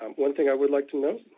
um one thing i would like to note,